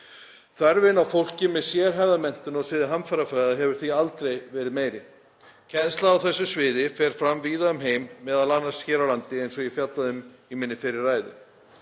Þörfin á fólki með sérhæfða menntun á sviði hamfarafræða hefur því aldrei verið meiri. Kennsla á þessu sviði fer fram víða um heim, m.a. hér á landi, eins og ég fjallaði um í minni fyrri ræðu.